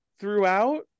throughout